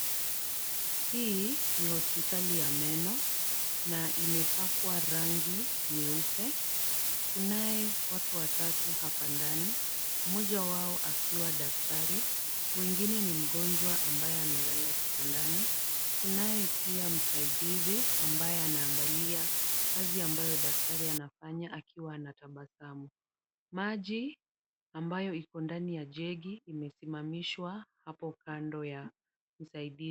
Hii ni hospitali ya meno na imepakwa rangi nyeupe. Kunaye watu watatu hapa ndani, mmoja wao akiwa daktari, mwingine ni mgonjwa ambaye amelala kitandani. Tunaye pia msaidizi ambaye anaangalia kazi ambayo daktari anafanya akiwa na tabasamu. Maji ambayo iko ndani ya jegi imesimamishwa hapo kando ya msaidizi.